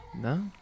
No